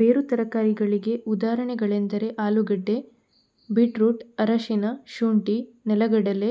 ಬೇರು ತರಕಾರಿಗಳಿಗೆ ಉದಾಹರಣೆಗಳೆಂದರೆ ಆಲೂಗೆಡ್ಡೆ, ಬೀಟ್ರೂಟ್, ಅರಿಶಿನ, ಶುಂಠಿ, ನೆಲಗಡಲೆ,